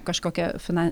kažkokią fina